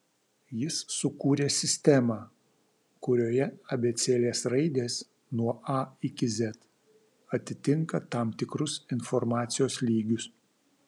jis sukūrė sistemą kurioje abėcėlės raidės nuo a iki z atitinka tam tikrus informacijos lygius